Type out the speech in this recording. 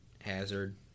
hazard